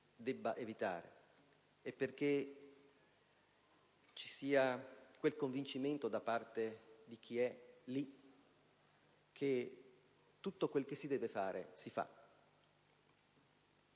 si eviti e perché ci sia il convincimento da parte di chi è lì che tutto quel che si deve fare si fa.